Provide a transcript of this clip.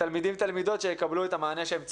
ותלמידים/תלמידות שיקבלו את המענה שהם צריכים.